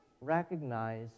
recognize